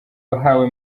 wahawe